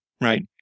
Right